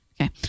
Okay